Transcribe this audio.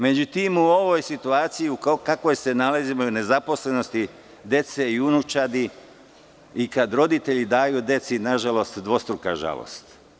Međutim, u ovoj situaciji u kakvoj se nalazimo, nezaposlenosti dece i unučadi i kada roditelji daju deci, nažalost, dvostruka žalost.